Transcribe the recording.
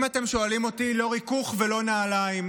אם אתם שואלים אותי, לא ריכוך ולא נעליים.